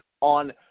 on